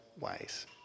ways